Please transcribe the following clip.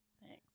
Thanks